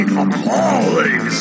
appalling